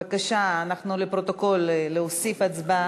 את יכולה להוסיף אותי.